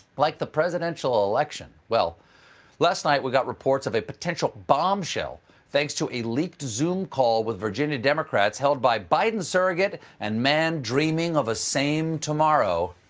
like the presidential election. last night, we got reports of a potential bombshell thanks to a leaked zoom call with virginia democrats held by biden surrogate and man dreaming of a same tomorrow,